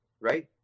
right